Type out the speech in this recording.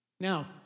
Now